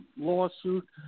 lawsuit